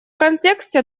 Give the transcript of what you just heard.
контексте